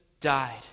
died